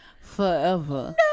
Forever